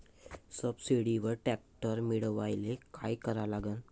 सबसिडीवर ट्रॅक्टर मिळवायले का करा लागन?